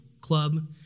club